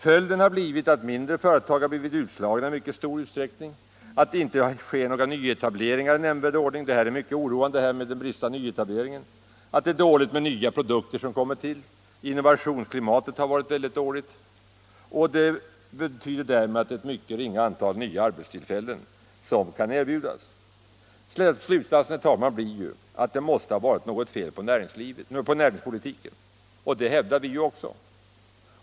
Följden har blivit att de mindre företagen har blivit utslagna i mycket stor utsträckning, att det inte sker några nyetableringar i nämnvärd grad — den bristande nyetableringen är mycket oroande — och att antalet nya produkter är lågt. Innovationsklimatet har varit mycket dåligt, och det betyder att mycket ringa antal nya arbetstillfällen kan erbjudas. Slutsatsen, herr talman, blir att det måste ha varit något fel på näringspolitiken, och det hävdar vi också.